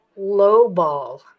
lowball